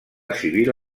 civil